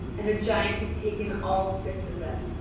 and the giant has taken all six of them.